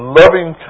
loving